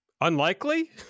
unlikely